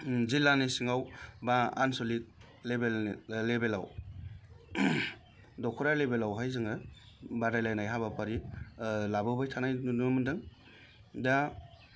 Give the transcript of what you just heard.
जिल्लानि सिङाव बा आनस'लिक लेबेलनि लेबेलाव दख'रा लेबेलावहाय जोङो बादायलायनाय हाबाफारि लाबोबाय थानाय नुनो मोनदों दा